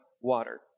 water